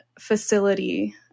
facility